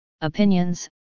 opinions